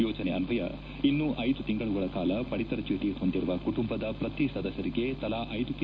ಯೋಜನೆ ಅನ್ವಯ ಇನ್ನೂ ಐದು ತಿಂಗಳುಗಳ ಕಾಲ ಪಡಿತರ ಚೀಟ ಹೊಂದಿರುವ ಕುಟುಂಬದ ಪ್ರತಿ ಸದಸ್ಕರಿಗೆ ತಲಾ ಐದು ಕೆ